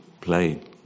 play